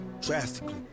drastically